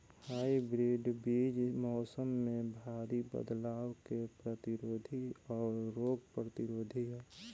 hybrid बीज मौसम में भारी बदलाव के प्रतिरोधी और रोग प्रतिरोधी ह